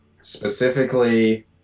specifically